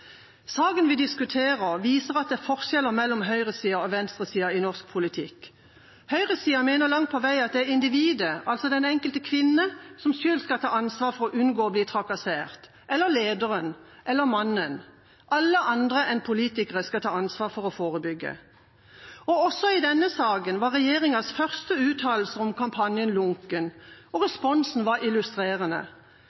Saken vi diskuterer, viser at det er forskjeller mellom høyresiden og venstresiden i norsk politikk. Høyresiden mener langt på vei at individet – den enkelte kvinne – selv skal ta ansvar for å unngå å bli trakassert. Eller lederen. Eller mannen. Alle andre enn politikere skal ta ansvar for å forebygge. Også i denne saken var regjeringas første uttalelser om kampanjen lunken, og